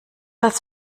als